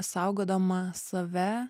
saugodama save